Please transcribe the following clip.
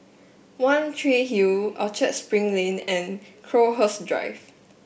One Tree Hill Orchard Spring Lane and Crowhurst Drive